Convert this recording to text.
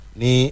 ni